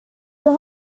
the